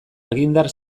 argindar